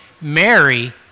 Mary